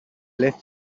les